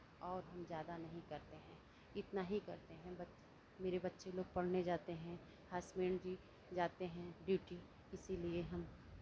और हम ज़्यादा नहीं करते हैं इतना ही करते हैं बस मेरे बच्चे लोग पढ़ने जाते हैं हसबेंड भी जाते हैं ड्यूटी इसीलिए हम